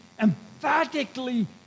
emphatically